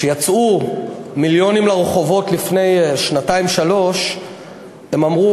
כשיצאו מיליונים לרחובות לפני שנתיים-שלוש הם אמרו,